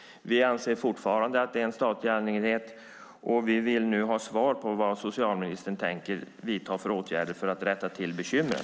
Vi anser fortfarande att det är en statlig angelägenhet. Vi vill nu ha svar på vad socialministern tänker vidta för åtgärder för att rätta till bekymren.